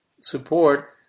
support